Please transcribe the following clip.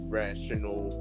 rational